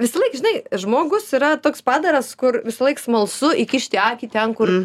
visąlaik žinai žmogus yra toks padaras kur visąlaik smalsu įkišti akį ten kur